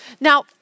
Now